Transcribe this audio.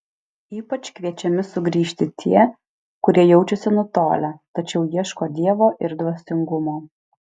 ypač kviečiami sugrįžti tie kurie jaučiasi nutolę tačiau ieško dievo ir dvasingumo